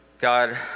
God